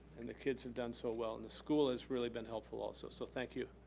and the kids have done so well. and the school has really been helpful, also, so thank you.